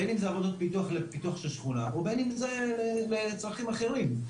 בין אם זה עבודות פיתוח לפיתוח של שכונה או בין אם זה לצרכים אחרים,